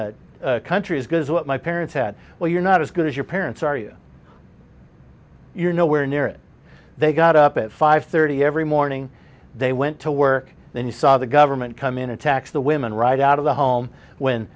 to country is because what my parents said well you're not as good as your parents are you you're no where near it they got up at five thirty every morning they went to work then you saw the government come in to tax the women right out of the home when